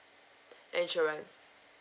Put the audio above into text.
insurance